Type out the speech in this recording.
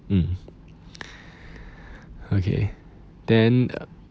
mm okay then uh